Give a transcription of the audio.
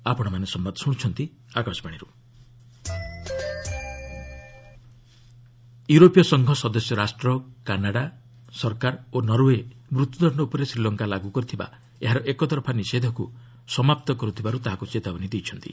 EU Sri Lanka ୟୁରୋପୀୟ ସଂଘ ସଦସ୍ୟ ରାଷ୍ଟ୍ର କାନାଡ଼ା ସରକାର ଓ ନରଓ୍ୱେ ମୃତ୍ୟୁଦଣ୍ଡ ଉପରେ ଶ୍ରୀଲଙ୍କା ଲାଗୁ କରିଥିବା ଏହାର ଏକତରଫା ନିଷେଧକୁ ସମାପ୍ତ କରୁଥିବାରୁ ତାହାକୁ ଚେତାବନୀ ଦେଇଛନ୍ତି